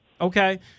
Okay